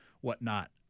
whatnot